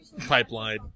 pipeline